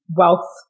wealth